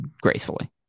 gracefully